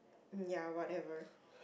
ya whatever